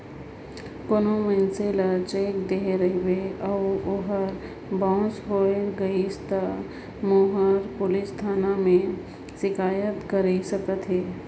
कोनो मइनसे ल चेक देहे रहबे अउ ओहर बाउंस होए गइस ता ओहर पुलिस थाना में सिकाइत कइर सकत अहे